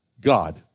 God